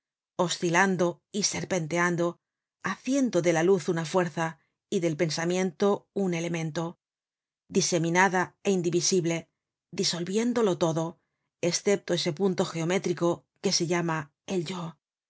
oscilando y serpenteando haciendo de la luz una fuerza y del pensamiento un elemento diseminada é indivisible disolviéndolo todo escepto ese punto geométrico que se llama el yo